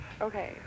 Okay